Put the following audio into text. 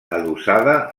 adossada